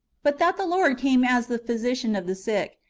but that the lord came as the physician of the sick.